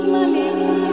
Malaysia